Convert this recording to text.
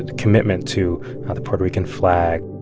and commitment to the puerto rican flag,